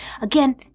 Again